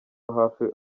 hafi